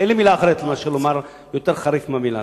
אין לי מלה חריפה יותר מהמלה הזאת.